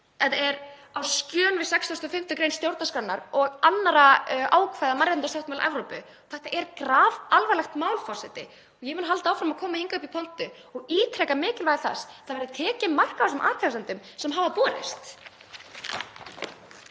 Þetta er á skjön við 65. gr. stjórnarskrárinnar og önnur ákvæði mannréttindasáttmála Evrópu. Þetta er grafalvarlegt mál, forseti, og ég mun halda áfram að koma hingað upp í pontu og ítreka mikilvægi þess að það verði tekið mark á þessum athugasemdum sem hafa borist.